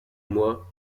moi